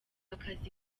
akazi